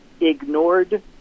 ignored